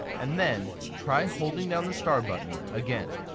and then try holding down the star button again.